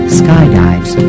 skydives